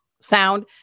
sound